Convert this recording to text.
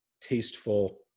tasteful